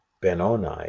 benoni